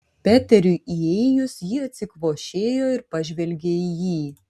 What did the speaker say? peteriui įėjus ji atsikvošėjo ir pažvelgė į jį